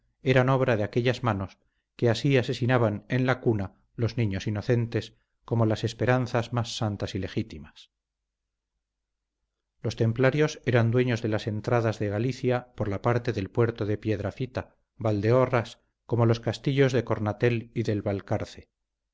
eran obra de aquellas manos que así asesinaban en la cuna los niños inocentes como las esperanzas más santas y legítimas los templarios eran dueños de las entradas de galicia por la parte del puerto de piedrafita valdeorras como los castillos de cornatel y del valcarce